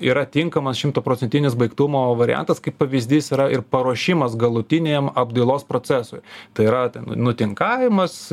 yra tinkamas šimtaprocentinis baigtumo variantas kaip pavyzdys yra ir paruošimas galutiniam apdailos procesui tai yra ten nutinkavimas